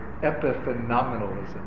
epiphenomenalism